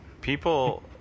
People